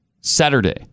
Saturday